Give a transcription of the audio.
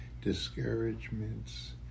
discouragements